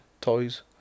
toys